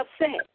upset